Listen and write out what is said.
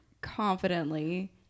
confidently